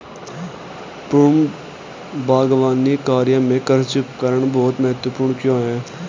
पूर्व बागवानी कार्यों में कृषि उपकरण बहुत महत्वपूर्ण क्यों है?